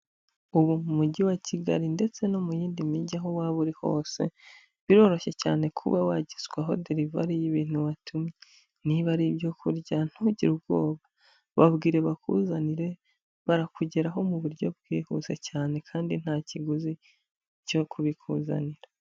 Ubu mu Mujyi wa Kigali ndetse no mu yindi mijyi aho waba uri hose, biroroshye cyane kuba wagezwaho derivari y'ibintu watumye, niba ari ibyo kurya ntugire ubwoba, babwire bakuzanire barakugeraho mu buryo bwihuse cyane kandi nta kiguzi cyo kubikuzanira.